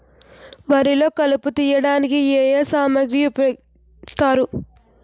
వరిలో కలుపు తియ్యడానికి ఏ ఏ సామాగ్రి ఉపయోగిస్తారు?